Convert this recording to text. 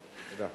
תודה.